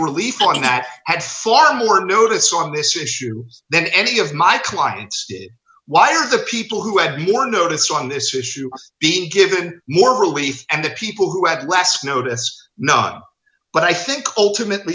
relief on that had far more notice on this issue than any of my clients why are the people who had more notice on this issue being given more relief and the people who had less notice but i think ultimately